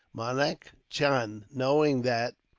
manak chand, knowing that,